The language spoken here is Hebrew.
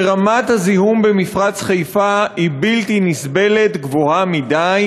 שרמת הזיהום במפרץ-חיפה היא בלתי נסבלת וגבוהה מדי,